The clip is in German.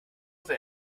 weil